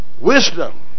Wisdom